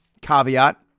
caveat